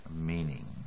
meaning